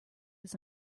his